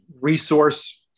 resource